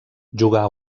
jugà